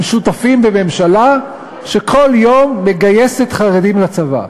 הם שותפים בממשלה שכל יום מגייסת חרדים לצבא.